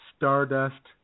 Stardust